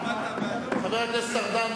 חבר הכנסת ארדן,